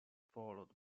followed